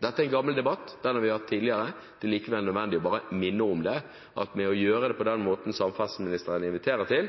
Dette er en gammel debatt som vi har hatt tidligere, men det er likevel nødvendig bare å minne om at man ved å gjøre det på den måten som samferdselsministeren inviterer til,